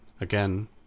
again